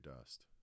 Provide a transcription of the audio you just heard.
dust